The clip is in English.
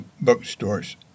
bookstores